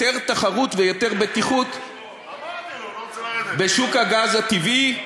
יותר תחרות ויותר בטיחות בשוק הגז הביתי.